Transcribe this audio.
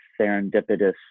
serendipitous